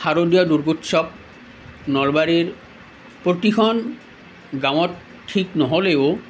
শাৰদীয় দুৰ্গোৎসৱ নলবাৰীৰ প্ৰতিখন গাঁৱত ঠিক নহ'লেও